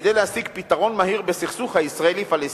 כדי להשיג פתרון מהיר בסכסוך הישראלי-פלסטיני.